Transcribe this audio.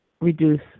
Reduce